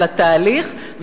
על התהליך,